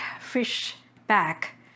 Fishback